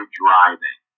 driving